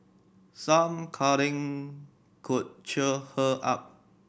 some cuddling could cheer her up